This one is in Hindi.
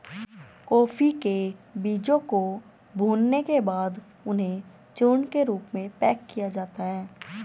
कॉफी के बीजों को भूलने के बाद उन्हें चूर्ण के रूप में पैक किया जाता है